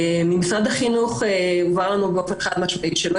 ממשרד החינוך הובהר לנו באופן חד משמעי שלא